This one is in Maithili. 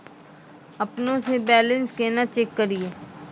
अपनों से बैलेंस केना चेक करियै?